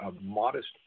modest